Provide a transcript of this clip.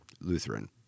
Lutheran